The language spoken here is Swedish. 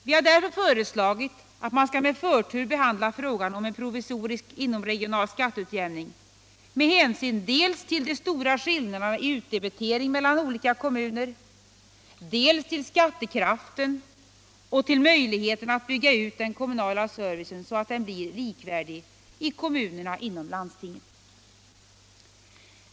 Vi har därför föreslagit att man skall med förtur behandla frågan om en provisorisk inomregional skatteutjämning med hänsyn dels till de stora skillnaderna i utdebitering mellan olika kommuner, dels till skattekraften och till möjligheterna att bygga ut den kommunala servicen, så att den blir likvärdig i kommunerna inom landstinget.